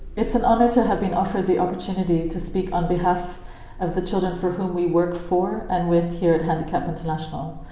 it's an honor to have been offered the opportunity speak on behalf of the children for whom we work for and with here at handicap international.